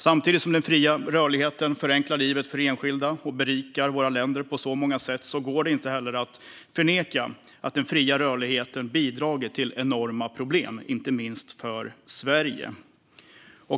Samtidigt som den fria rörligheten förenklar livet för enskilda och berikar våra länder på många sätt går det inte att förneka att den fria rörligheten bidragit till enorma problem, inte minst för Sverige.